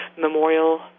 memorial